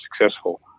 successful